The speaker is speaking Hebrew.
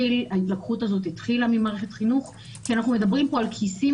ההתלקחות הזאת התחילה ממערכת חינוך כי אנחנו מדברים פה על כיסים